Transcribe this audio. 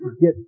get